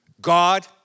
God